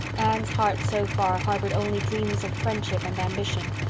anne's heart so far harbored only dreams of friendship and ambition,